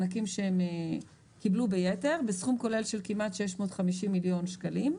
מענקי יתר שקיבלו בסכום כולל של כמעט 650 מיליון שקלים.